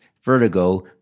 vertigo